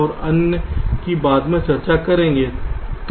और अन्य की हम बाद में चर्चा करेंगे